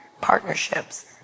partnerships